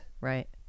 Right